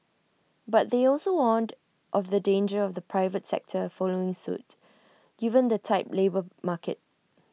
but they also warned of the danger of the private sector following suit given the tight labour market